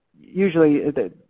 usually